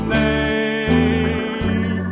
name